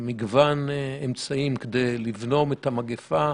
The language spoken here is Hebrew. במגוון אמצעים כדי לבלום את המגיפה.